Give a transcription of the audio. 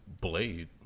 Blade